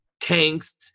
tanks